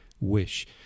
wish